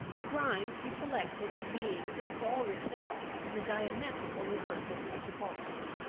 grimes he selected as being in all respects the diametrical reverse of mr. falkland.